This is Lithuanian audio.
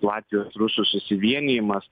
latvijos rusų susivienijimas